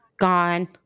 gone